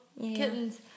kittens